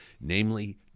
namely